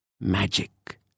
Magic